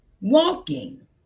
walking